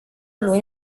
luni